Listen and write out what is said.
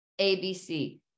ABC